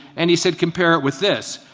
and he said compare it with this.